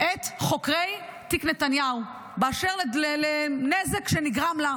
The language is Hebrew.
את חוקרי תיק נתניהו באשר לנזק שנגרם לה.